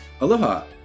Aloha